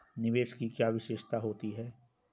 निवेश की क्या विशेषता होती है?